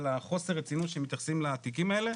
על חוסר הרצינות שמתייחסים לתיקים האלה,